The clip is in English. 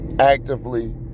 Actively